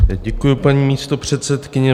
Děkuji, paní místopředsedkyně.